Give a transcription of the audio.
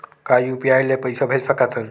का यू.पी.आई ले पईसा भेज सकत हन?